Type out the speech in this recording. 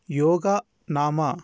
योगः नाम